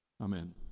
Amen